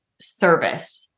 service